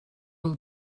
will